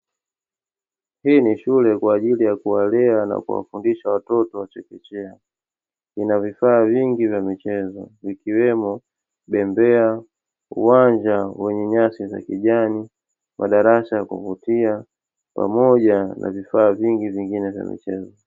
Hii nishule kwa ajili ya kuwalea na kuwafundisha watoto wa chekechea. Lina vifaa vingi vya michezo vikiwemo, bembea, uwanja wenye nyasi za kijani, madarasa ya kuvutia pamoja na vifaa vingi vingine vya michezo.